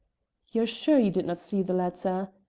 you're sure ye didnae see the letter?